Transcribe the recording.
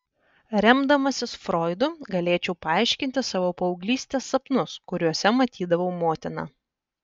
remdamasis froidu galėčiau paaiškinti savo paauglystės sapnus kuriuose matydavau motiną